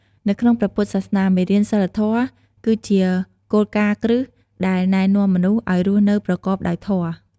នៅក្នុងព្រះពុទ្ធសាសនា មេរៀនសីលធម៌ គឺជាគោលការណ៍គ្រឹះដែលណែនាំមនុស្សឱ្យរស់នៅប្រកបដោយធម៌។